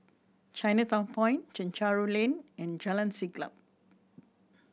Chinatown Point Chencharu Lane and Jalan Siap